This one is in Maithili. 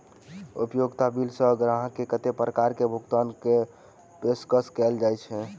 उपयोगिता बिल सऽ ग्राहक केँ कत्ते प्रकार केँ भुगतान कऽ पेशकश कैल जाय छै?